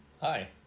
Hi